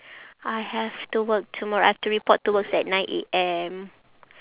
I have to work tomorrow I have to report to works at nine A_M